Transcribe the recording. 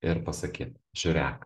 ir pasakyt žiūrėk